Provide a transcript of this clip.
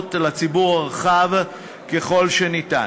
ההכנסות לציבור רחב ככל שניתן.